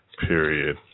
period